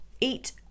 Eat